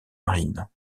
marines